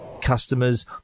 customers